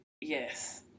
Yes